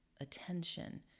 attention